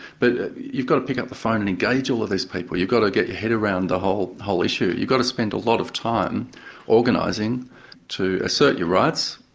but you've got to pick up the phone and engage all of these people. you've got to get your head around the whole whole issue. you've got to spend a lot of time organising to assert your rights,